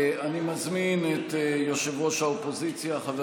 אני מזמין את יושב-ראש האופוזיציה חבר